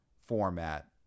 format